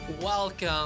Welcome